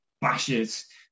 bashes